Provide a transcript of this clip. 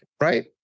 right